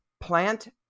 plant